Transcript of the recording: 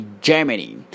Germany